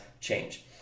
change